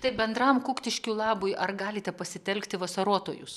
taip bendram kuktiškių labui ar galite pasitelkti vasarotojus